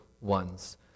ones